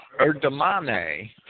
Erdemane